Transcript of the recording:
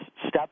step